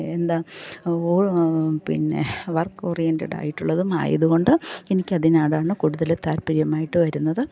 എന്താ പിന്നെ work oriented ആയിട്ടുള്ളതും ആയത് കൊണ്ട് എനിക്ക് അതിനോടാണ് കൂടുതല് താല്പര്യമായിട്ട് വരുന്നത്